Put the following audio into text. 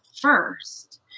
first